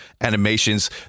animations